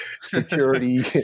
security